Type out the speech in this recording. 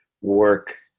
work